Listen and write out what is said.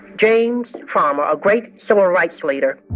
james farmer, a great civil rights leader